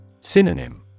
Synonym